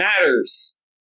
matters